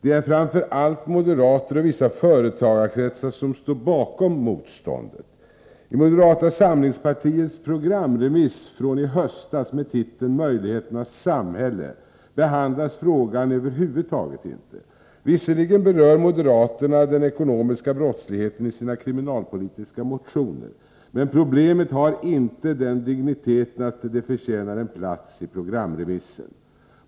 Det är framför allt moderater och vissa företagarkretsar som står bakom motståndet. I moderata samlingspartiets programremiss från i höstas med titeln Möjligheternas samhälle behandlas frågan över huvud taget inte. Visserligen berör moderaterna den ekonomiska brottsligheten i sina kriminalpolitiska motioner, men problemet har inte den digniteten att det förtjänar en plats i programremissen.